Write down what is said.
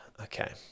Okay